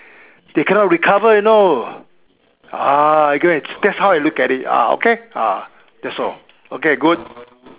they cannot recover you know ah you go and that's how I look at it ah okay ah that's all okay good